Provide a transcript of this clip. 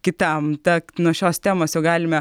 kitam takt nuo šios temos jau galime